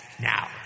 Now